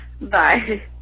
Bye